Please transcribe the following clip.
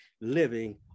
living